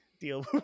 deal